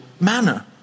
manner